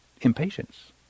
impatience